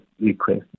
request